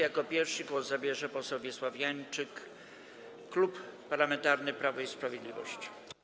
Jako pierwszy głos zabierze poseł Wiesław Janczyk, Klub Parlamentarny Prawo i Sprawiedliwość.